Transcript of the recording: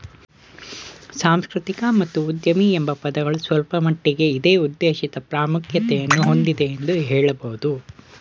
ಸಾಂಸ್ಕೃತಿಕ ಮತ್ತು ಉದ್ಯಮಿ ಎಂಬ ಪದಗಳು ಸ್ವಲ್ಪಮಟ್ಟಿಗೆ ಇದೇ ಉದ್ದೇಶಿತ ಪ್ರಾಮುಖ್ಯತೆಯನ್ನು ಹೊಂದಿದೆ ಎಂದು ಹೇಳಬಹುದು